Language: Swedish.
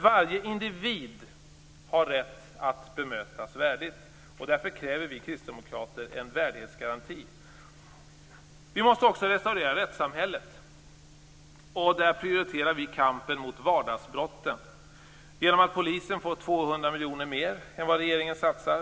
Varje individ har rätt att bemötas värdigt, och därför kräver vi kristdemokrater en värdighetsgaranti. Vi måste också restaurera rättssamhället, och där prioriterar vi kampen mot vardagsbrotten genom att Polisen får 200 miljoner kronor mer än vad regeringen satsar.